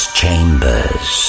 chambers